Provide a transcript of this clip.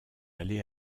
allé